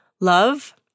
love